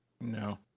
No